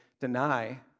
deny